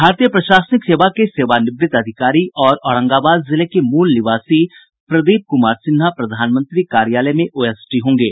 भारतीय प्रशासनिक सेवा के सेवानिव्रत अधिकारी और औरंगाबाद जिले के मूल निवासी प्रदीप कुमार सिन्हा प्रधानमंत्री कार्यालय में ओएसडी होंगे